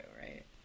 right